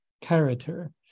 character